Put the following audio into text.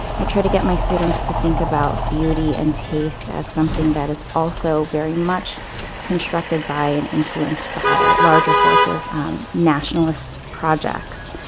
i try to get my students to think about beauty and taste as something that is also very much constructed by and influenced by larger forces um nationalist projects,